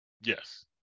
Yes